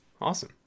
Awesome